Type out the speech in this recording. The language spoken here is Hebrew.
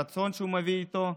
הרצון שהוא מביא איתו,